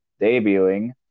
debuting